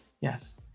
Yes